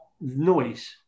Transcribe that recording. noise